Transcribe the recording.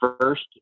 first